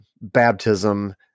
baptism